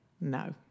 No